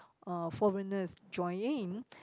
uh foreigner join in